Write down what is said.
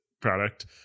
product